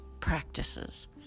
Practices